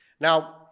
Now